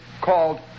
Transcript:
called